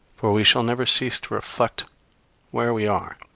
for we shall never cease to reflect where we are,